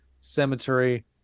Cemetery